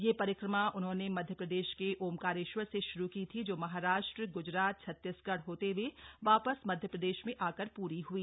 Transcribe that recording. यह परिक्रमा उन्होंने मध्य प्रदेश के ओमकारेश्वर से श्रू की थी जो महाराष्ट्र गुजरात छतीसगढ़ होते हए वापस मध्यप्रदेश में आकर पूरी हई